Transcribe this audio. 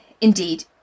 indeed